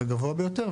הגבוה ביותר,